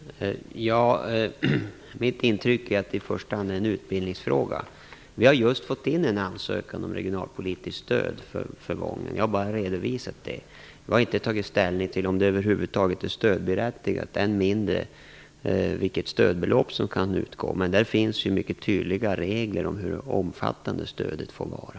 Fru talman! Mitt intryck är att det i första hand är en utbildningsfråga. Vi har just fått in denna ansökan om regionalpolitiskt stöd från Wången. Jag har bara redovisat det. Jag har inte tagit ställning till om utbildningen över huvud taget är stödberättigad än mindre vilket stödbelopp som kan utgå. Men det finns mycket tydliga regler för hur omfattande stödet får vara.